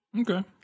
Okay